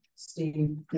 Steve